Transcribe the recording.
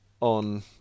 on